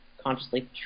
consciously